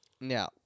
Now